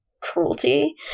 cruelty